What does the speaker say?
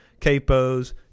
capos